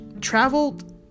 traveled